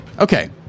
okay